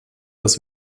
das